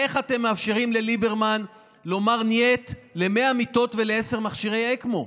איך אתם מאפשרים לליברמן לומר נייט ל-100 מיטות ולעשרה מכשירי אקמו?